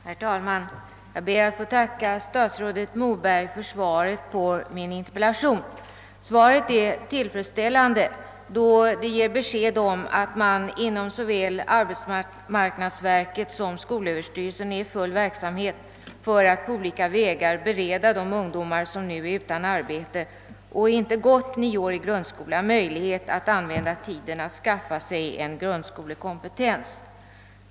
Herr talman! Jag ber att få tacka statsrådet Moberg för svaret på min in terpellation. Svaret är tillfredsställande, då det ger besked om att man inom såväl — arbetsmarknadsstyrelsen som skolöverstyrelsen är i full verksamhet för att på olika vägar bereda de ungdomar som nu är utan arbete och inte gått nioårig grundskola möjlighet att använda tiden till att skaffa sig en grundskolekompetens.